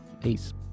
peace